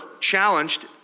challenged